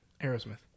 Aerosmith